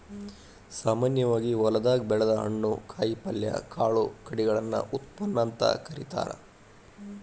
ಸಾಮಾನ್ಯವಾಗಿ ಹೊಲದಾಗ ಬೆಳದ ಹಣ್ಣು, ಕಾಯಪಲ್ಯ, ಕಾಳು ಕಡಿಗಳನ್ನ ಉತ್ಪನ್ನ ಅಂತ ಕರೇತಾರ